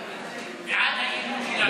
בעד האי-אמון שלנו.